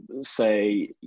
say